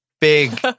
big